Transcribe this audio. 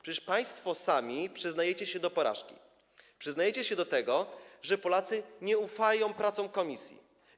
Przecież państwo sami przyznajecie się do porażki, przyznajecie się do tego, że Polacy nie ufają komisji.